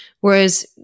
Whereas